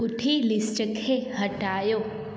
पुठी लिस्ट खे हटायो